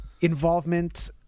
involvement